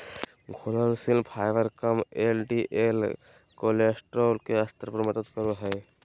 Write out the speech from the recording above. घुलनशील फाइबर कम LDL cholesterol के स्तर में मदद करो हइ